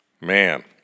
man